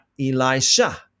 Elisha